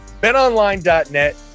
BetOnline.net